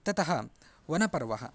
ततः वनपर्व